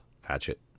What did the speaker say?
hatchet